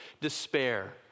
despair